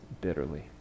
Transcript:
bitterly